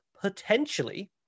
potentially